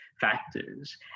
Factors